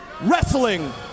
Wrestling